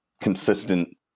consistent